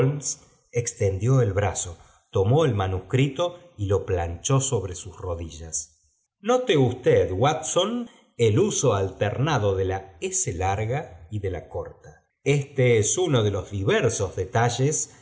extendió el brazo tomó el manuscrito y lo planchó sobre sus rodillas note usted watson el uso alternado de la ese larga y de la corta éste es uno de los diversos detalles